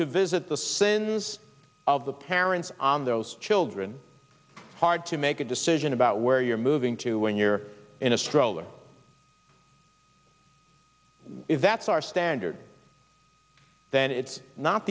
to visit the sins of the parents on those children hard to make a decision about where you're moving to when you're in a stroller if that's our standard then it's not